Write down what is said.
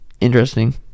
interesting